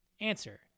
Answer